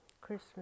Christmas